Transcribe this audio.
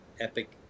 Epic